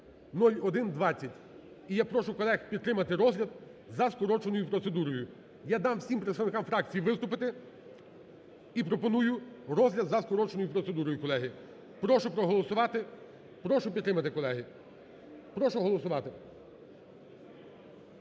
я прошу колег підтримати розгляд за скороченою процедурою. Я дам всім представникам фракцій виступити і пропоную розгляд за скороченою процедурою, колеги. Прошу проголосувати, прошу підтримати, колеги. Прошу голосувати.